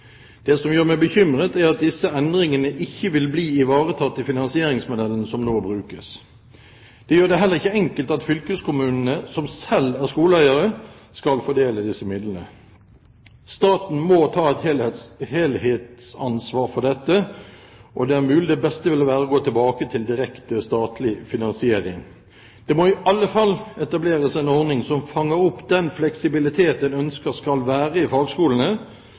Det som gjør meg bekymret, er at disse endringene ikke vil bli ivaretatt i finansieringsmodellen som nå brukes. Det gjør det heller ikke enkelt at fylkeskommunene, som selv er skoleeiere, skal fordele disse midlene. Staten må ta et helhetsansvar for dette, og det er mulig det beste ville være å gå tilbake til direkte statlig finansiering. Det må i alle fall etableres en ordning som fanger opp den fleksibilitet en ønsker skal være i fagskolene,